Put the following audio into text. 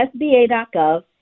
SBA.gov